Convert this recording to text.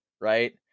right